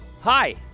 Hi